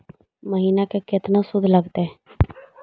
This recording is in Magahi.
महिना में केतना शुद्ध लगतै?